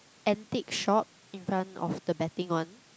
antique shop in front of the betting one